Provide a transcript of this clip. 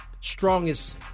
strongest